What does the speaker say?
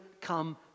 come